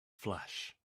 flash